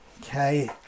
Okay